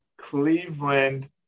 Cleveland